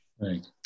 right